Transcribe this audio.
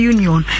Union